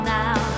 now